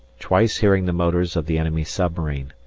twice hearing the motors of the enemy submarine.